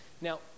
Now